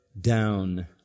down